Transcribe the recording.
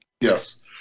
Yes